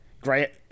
Great